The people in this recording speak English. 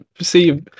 see